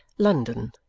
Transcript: london.